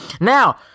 Now